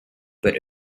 but